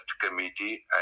committee